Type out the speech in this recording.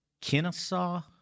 Kennesaw